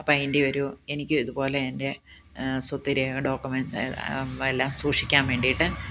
അപ്പോൾ അതിൻ്റെ ഒരു എനിക്കു ഇത് പോലെ എൻ്റെ സ്വത്ത് രേഖ ഡോകുമെൻ്റ് ആ എല്ലാം സൂക്ഷിക്കാൻ വേണ്ടിയിട്ട്